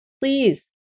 Please